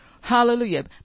Hallelujah